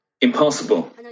Impossible